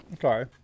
Sorry